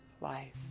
life